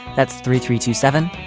that's three three two seven.